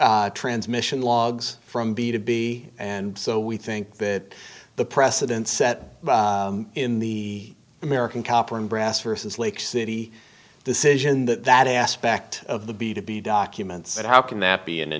the transmission logs from b to b and so we think that the precedent set in the american copper and brass versus lake city decision that that aspect of the b to b documents and how can that be in a